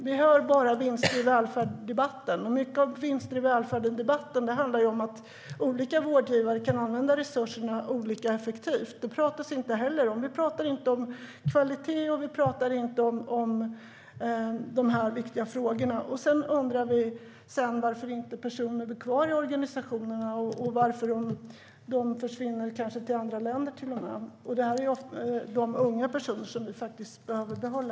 Vi hör bara debatten om vinster i välfärden. Mycket av den debatten handlar om att olika vårdgivare kan använda resurserna olika effektivt. Det pratas det inte heller om. Vi pratar inte om kvalitet, och vi pratar inte om de här viktiga frågorna. Sedan undrar vi varför personer inte stannar kvar i organisationerna och varför de försvinner - kanske till andra länder, till och med. Det är unga personer som vi behöver behålla.